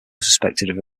suspected